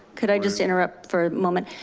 could i just interrupt for a moment?